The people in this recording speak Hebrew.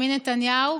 נתניהו,